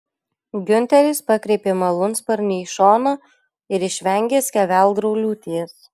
giunteris pakreipė malūnsparnį į šoną ir išvengė skeveldrų liūties